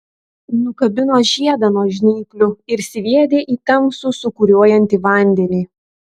nukabino žiedą nuo žnyplių ir sviedė į tamsų sūkuriuojantį vandenį